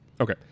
Okay